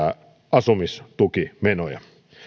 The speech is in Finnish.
asumistukimenoja